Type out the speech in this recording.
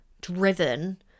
driven